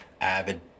avid